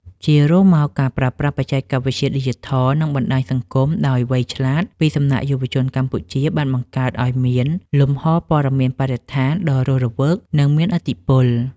ជារួម ការប្រើប្រាស់បច្ចេកវិទ្យាឌីជីថល និងបណ្ដាញសង្គមដោយវៃឆ្លាតពីសំណាក់យុវជនកម្ពុជា បានបង្កើតឱ្យមានលំហព័ត៌មានបរិស្ថានដ៏រស់រវើក និងមានឥទ្ធិពល។